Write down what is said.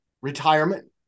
retirement